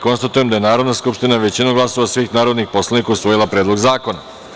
Konstatujem da je Narodna skupština većinom glasova svih narodnih poslanika usvojila Predlog zakona.